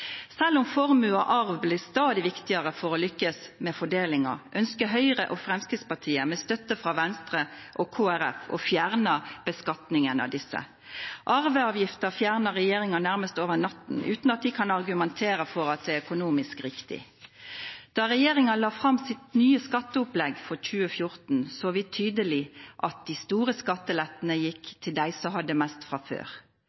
Selv om formue og arv blir stadig viktigere for å lykkes med fordelingen, ønsker Høyre og Fremskrittspartiet, med støtte fra Venstre og Kristelig Folkeparti, å fjerne beskatningen av disse. Arveavgiften ble fjernet av regjeringen nærmest over natten, uten at de kan argumentere for at det er økonomisk riktig. Da regjeringen la fram sitt nye skatteopplegg for 2014, så vi tydelig at de store skattelettene gikk til dem som hadde mest fra før.